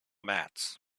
mats